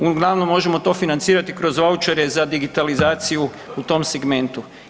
Uglavnom možemo to financirati kroz vaučere za digitalizaciju u tom segmentu.